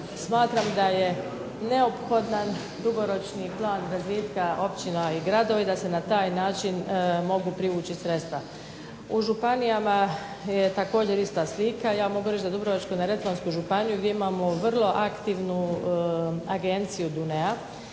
Smatram da je neophodan dugoročni plan razvitka općina i gradova i da se na taj način mogu privući sredstva. U županijama je također ista slika. Ja mogu reći za Dubrovačko-neretvansku županiju gdje imamo vrlo aktivnu agenciju DUNEA